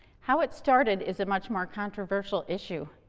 how it started is a much more controversial issue.